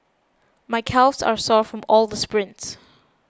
my calves are sore from all the sprints